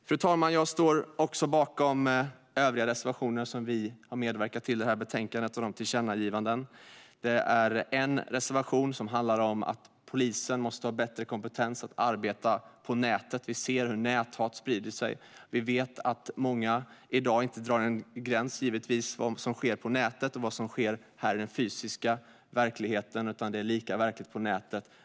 Fru talman! Jag står även bakom övriga reservationer som vi har medverkat till i detta betänkande, liksom tillkännagivandena. Det är en reservation som handlar om att polisen måste ha bättre kompetens att arbeta på nätet. Vi ser hur näthat sprider sig, och vi vet givetvis att många i dag inte drar någon gräns mellan vad som sker på nätet och vad som sker i den fysiska verkligheten. Det är lika verkligt på nätet.